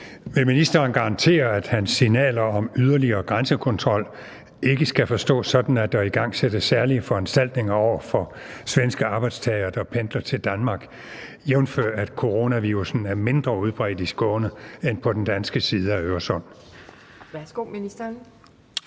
Vil ministeren garantere, at hans signaler om yderligere grænsekontrol ikke skal forstås sådan, at der igangsættes særlige foranstaltninger over for svenske arbejdstagere, der pendler til Danmark, jævnfør at coronavirussen er mindre udbredt i Skåne end på den danske side af Øresund?